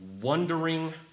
wondering